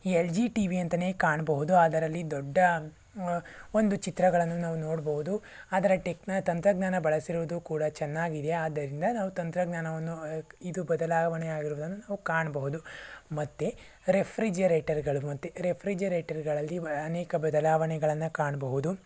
L G T V ಅಂತಲೇ ಕಾಣಬಹುದು ಅದರಲ್ಲಿ ದೊಡ್ಡ ಒಂದು ಚಿತ್ರಗಳನ್ನು ನಾವು ನೋಡಬಹುದು ಅದರ ಟೆಕ್ನ ತಂತ್ರಜ್ಞಾನ ಬಳಸಿರುವುದು ಕೂಡ ಚೆನ್ನಾಗಿದೆ ಆದ್ದರಿಂದ ನಾವು ತಂತ್ರಜ್ಞಾನವನ್ನು ಇದು ಬದಲಾವಣೆ ಆಗಿರುವುದನ್ನು ನಾವು ಕಾಣಬಹುದು ಮತ್ತು ರೆಫ್ರಿಜರೇಟರ್ಗಳು ಮತ್ತು ರೆಫ್ರಿಜರೇಟರ್ಗಳಲ್ಲಿ ಅನೇಕ ಬದಲಾವಣೆಗಳನ್ನು ಕಾಣಬಹುದು